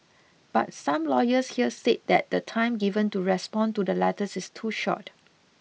but some lawyers here say that the time given to respond to the letters is too short